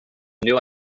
new